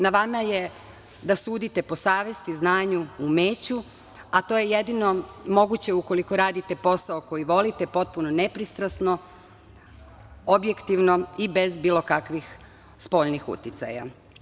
Na vama je da sudite po savesti, znanju, umeću, a to je jedino moguće ukoliko radite posao koji volite, potpuno nepristrasno, objektivno i bez bilo kakvih spoljnih uticaja.